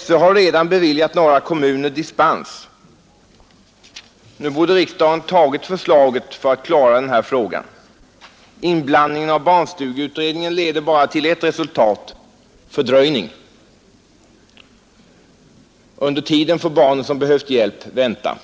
SÖ har redan beviljat några kommuner dispens. Nu borde riksdagen ha gått på motionens förslag för att klara den här frågan. Inblandningen av barnstugeutredningen leder bara till ett resultat: fördröjning. Under tiden får de barn som behöver hjälp vänta.